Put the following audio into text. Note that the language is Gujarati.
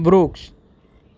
વૃક્ષ